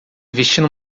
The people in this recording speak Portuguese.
vestindo